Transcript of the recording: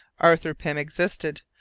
arthur pym existed,